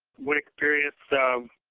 what experience um